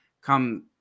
come